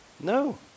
No